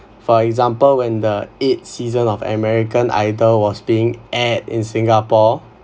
for example when the eight season of american idol was being aired in singapore